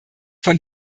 von